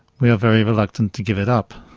we are very reluctant to give it up,